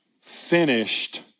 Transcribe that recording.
finished